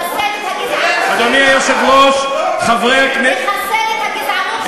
אדוני היושב-ראש, לחסל את הגזענות שלך.